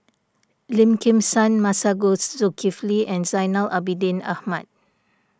Lim Kim San Masagos Zulkifli and Zainal Abidin Ahmad